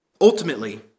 Ultimately